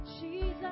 Jesus